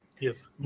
Yes